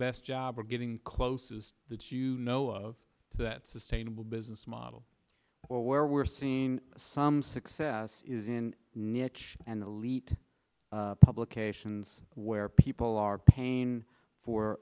best job of getting close is that you know of that sustainable business model or where we're seeing some success is in niche and elite publications where people are paying for